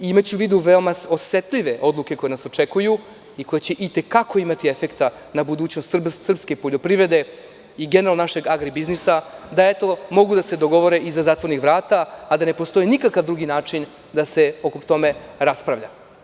Imajući u vidu veoma osetljive odluke koje nas očekuju i koje će i te kako imati efekta na budućnost srpske poljoprivrede i generalno našeg agrobiznisa, da mogu da se dogovore iza zatvorenih vrata, a da ne postoji nikakav drugi način da se o tome raspravlja.